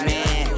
Man